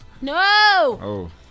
No